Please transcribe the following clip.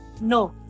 No